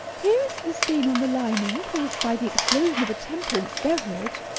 here is the stain on the lining caused by the explosion of a temperance beverage,